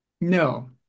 No